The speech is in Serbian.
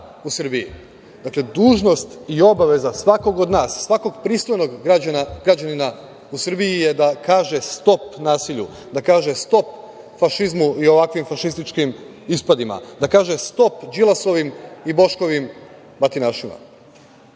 u Srbiji? Dakle, dužnost i obaveza svakog od nas, svakog pristojnog građanina u Srbiji je da kaže - Stop nasilju, da kaže - Stop fašizmu i ovakvim fašističkim ispadima, da kaže - Stop Đilasovim i Boškovim batinašima. Srpska